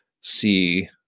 see